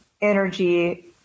energy